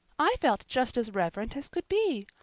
i felt just as reverent as could be.